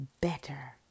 better